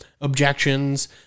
objections